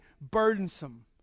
burdensome